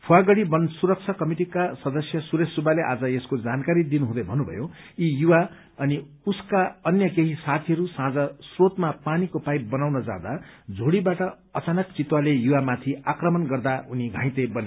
फूवागढ़ी बन सुरक्षा कमिटिका सदस्य सुरेश सुब्बाले आज यसको जानकारी दिनुहुँदै भन्नुभयो ती युवा अनि उसका अन्य केही सार्थीहरू साँझ श्रोतमा पानीको पाइप बनाँउन जाँदा झोड़ीबाट अचानक चितुवाले युवामाथि आक्रमण गर्दा उनी घाइते बने